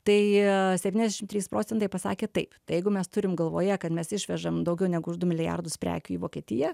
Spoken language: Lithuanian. tai septyniasdešim trys procentai pasakė taip tai jeigu mes turim galvoje kad mes išvežam daugiau negu už du milijardus prekių į vokietiją